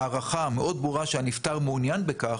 הערכה מאוד ברורה שהנפטר מעוניין בכך,